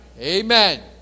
Amen